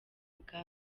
bwa